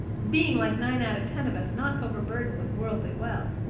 being like nine out of ten of us, not overburdened with worldly wealth,